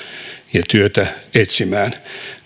ja työtä etsimään